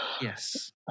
Yes